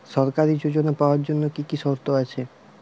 সরকারী যোজনা পাওয়ার জন্য কি কি শর্ত আছে?